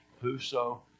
Whoso